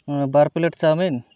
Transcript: bar plate chowmein